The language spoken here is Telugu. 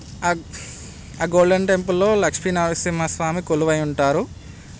ఆ ఆ గోల్డెన్ టెంపుల్లో లక్ష్మీనరసింహ స్వామి కొలువై ఉంటారు